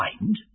mind